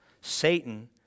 Satan